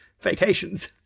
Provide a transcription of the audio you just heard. vacations